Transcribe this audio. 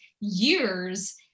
years